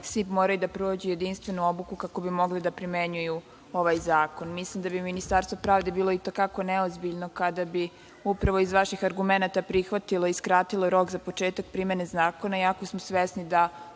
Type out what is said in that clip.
svi moraju da prođu jedinstvenu obuku kako bi mogli da primenjuju ovaj zakon. Mislim da bi Ministarstvo pravde bilo i te kako neozbiljno kada bi upravo iz vaših argumenata prihvatilo i skratilo rok za početak primene zakona, iako smo svesni da